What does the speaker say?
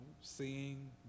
seeing